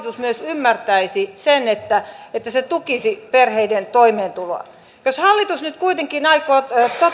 ymmärtäisi sen että se tukisi perheiden toimeentuloa jos hallitus nyt kuitenkin aikoo toteuttaa